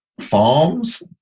farms